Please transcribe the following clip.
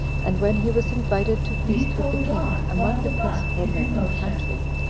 and when he was invited to feast with the king among the principal men in the country,